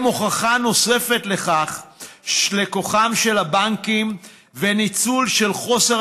הם הוכחה לכוחם של הבנקים ולניצול של חוסר